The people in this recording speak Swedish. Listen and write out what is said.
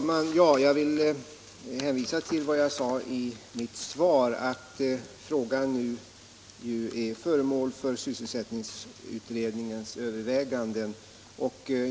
Herr talman! Jag vill hänvisa till vad jag sade i mitt svar, att frågan nu är föremål för sysselsättningsutredningens överväganden.